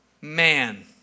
Man